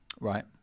Right